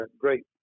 great